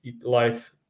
life